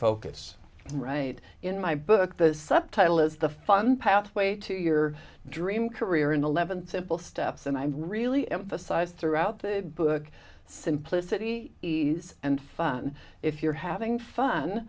focus right in my book the subtitle is the fun pathway to your dream career in eleven simple steps and i'm really emphasize throughout the book simplicity and fun if you're having fun